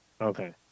Okay